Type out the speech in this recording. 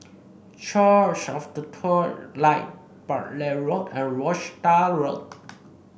Church of the True Light Bartley Road and Rochdale Road